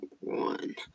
one